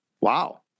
Wow